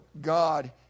God